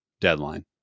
deadline